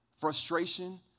frustration